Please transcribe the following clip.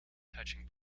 touching